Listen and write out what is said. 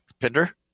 Pinder